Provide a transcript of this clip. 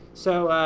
so